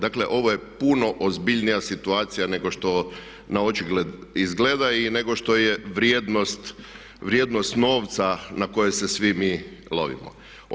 Dakle, ovo je puno ozbiljnija situacija nego što na očigled izgleda nego što je vrijednost novca na koje se svi mi lovimo.